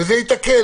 וזה יתקן.